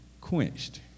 quenched